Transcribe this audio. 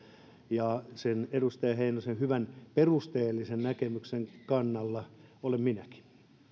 ja sen edustaja heinosen hyvän ja perusteellisen näkemyksen kannalla olen minäkin